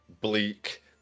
bleak